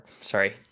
Sorry